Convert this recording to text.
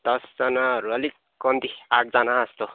दसजनाहरू अलिक कम्ती आठजना जस्तो